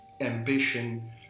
ambition